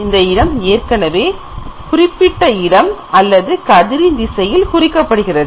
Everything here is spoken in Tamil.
இந்த இடம் ஏற்கனவே குறிப்பிட்ட இடம் அல்லது கதிரின் திசையில் குறிக்கப்படுகிறது